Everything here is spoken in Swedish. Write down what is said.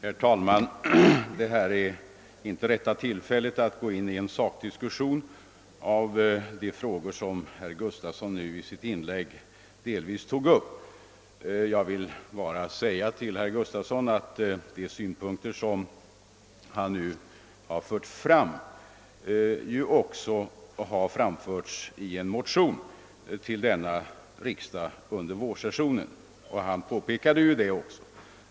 Herr talman! Detta är inte rätta tillfället att gå in i någon sakdiskussion av de frågor som herr Gustavsson i Alvesta tog upp i sitt anförande. Jag vill bara påminna herr Gustavsson om att de synpunkter han här anlagt ju också har förts fram i en motion till denna riksdags vårsession.